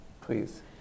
please